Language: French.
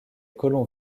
colons